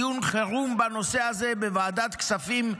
דיון חירום בנושא הזה בוועדת הכספים,